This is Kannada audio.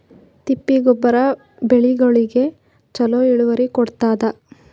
ತಿಪ್ಪಿ ಗೊಬ್ಬರ ಬೆಳಿಗೋಳಿಗಿ ಚಲೋ ಇಳುವರಿ ಕೊಡತಾದ?